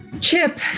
Chip